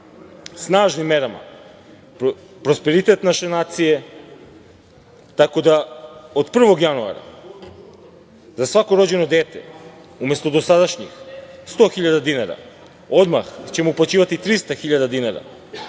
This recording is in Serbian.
snažnim merama, prosperitet naše nacije, tako da od 1. januara za svako rođeno dete umesto dosadašnjih 100 hiljada dinara odmah ćemo uplaćivati 300 hiljada